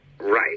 Right